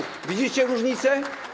Widzicie różnicę?